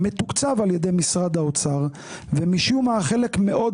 מתוקצב על ידי משרד האוצר ומשום מה חלק מאוד